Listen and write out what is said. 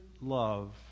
love